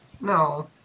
No